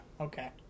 Okay